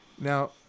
Now